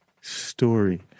story